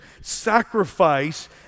sacrifice